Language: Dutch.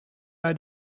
bij